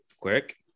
quick